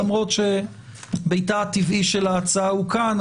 למרות שביתה הטבעי של הצעה הוא כאן,